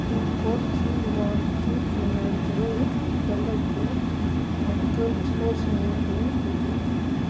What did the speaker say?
pin code three one three two nine zero ꯂꯩꯕ medical ꯏꯁꯇꯣꯔꯁꯤꯡꯒ ꯂꯩꯕ꯭ꯔꯥ